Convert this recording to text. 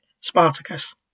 Spartacus